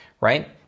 right